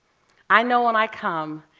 i know when i come,